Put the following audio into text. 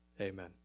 Amen